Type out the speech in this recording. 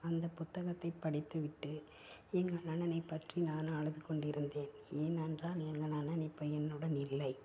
அந்த புத்தகத்தைப் படித்துவிட்டு எங்கள் அண்ணனை பற்றி நான் அழுது கொண்டிருந்தேன் ஏனென்றால் எங்கள் அண்ணன் இப்போ என்னுடன் இல்லை